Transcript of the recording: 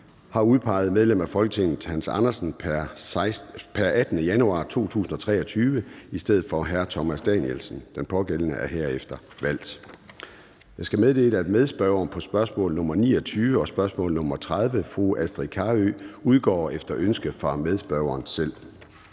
har udpeget medlem af Folketinget Hans Andersen pr. 18. januar 2023 i stedet for Thomas Danielsen. Den pågældende er herefter valgt. Jeg skal meddele, at medspørger på spørgsmål nr. 29 og 30 (S 63 og S 64), Astrid Carøe (SF), udgår efter ønske fra medspørgeren selv.